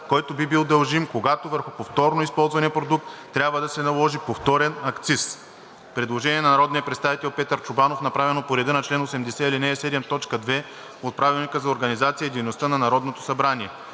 който би бил дължим, когато върху повторно използвания продукт трябва да се наложи повторен акциз.“ Предложение на народния представител Петър Чобанов, направено по реда на чл. 80, ал. 7, т. 2 от Правилника за организацията и дейността на Народното събрание.